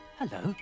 hello